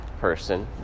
person